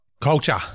culture